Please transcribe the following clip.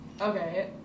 okay